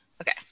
Okay